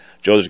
Joe